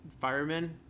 firemen